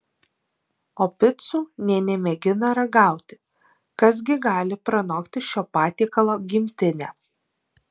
o picų nė nemėgina ragauti kas gi gali pranokti šio patiekalo gimtinę